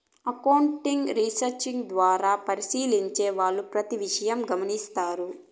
accounting research ద్వారా పరిశీలించే వాళ్ళు ప్రతి విషయం గమనిత్తారు